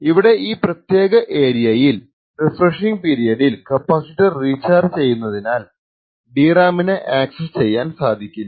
ഇവിടെ ഈ പ്രേത്യക ഏരിയയിൽ റിഫ്രഷിങ് പീരിയഡിൽ കപ്പാസിറ്റർ റീചാർജ് ചെയ്യപെടുന്നതിനാൽ DRAM നെ അക്സസ്സ് ചെയ്യാൻ സാധിക്കില്ല